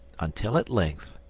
until at length,